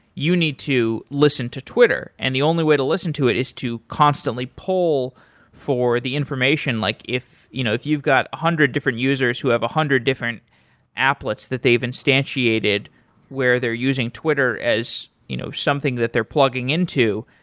you need to listen to twitter, and the only way to listen to it is to constantly poll for the information, like if you know if you've got a hundred different users who have a hundred different applets that they've instantiated where they're using twitter as you know something that they're plugging into,